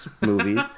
movies